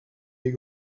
des